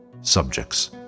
Subjects